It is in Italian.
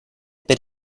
per